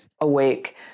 awake